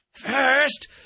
first